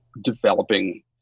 developing